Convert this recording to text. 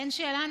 אין שאלה?